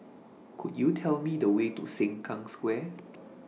Could YOU Tell Me The Way to Sengkang Square